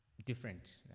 Different